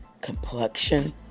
complexion